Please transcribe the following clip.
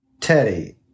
Teddy